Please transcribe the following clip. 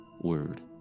word